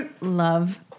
Love